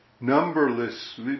numberless